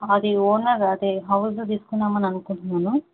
అది ఓనర్ అది హౌస్ తీసుకుందామని అనుకుంటున్నాను